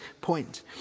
point